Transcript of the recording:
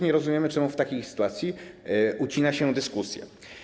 Nie rozumiemy, dlaczego w takiej sytuacji ucina się dyskusję.